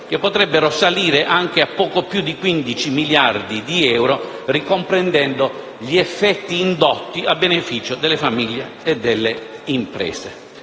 che potrebbero salire a poco più di 15 miliardi di euro ricomprendendo gli effetti indotti a beneficio delle famiglie e delle imprese.